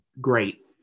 great